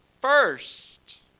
first